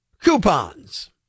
coupons